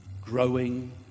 growing